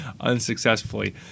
unsuccessfully